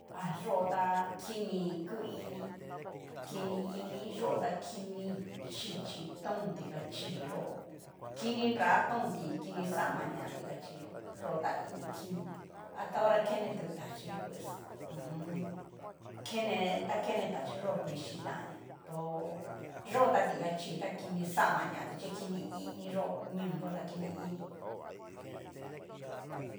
Ha yo ta kini ku ini, kini ini yó ta kini chichi tón tiachí yo'o, kini nra tonti kini xama ña tiachí yo'o, yo ta ini kini a ta hora kene tu tachí pues hu u un. kene ta kene tachí yó vixhí tanña tó yo'o ta tiaxhí ta kini xama ñati, chi kini iniyó ñoo yó ta kini ini.